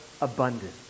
abundant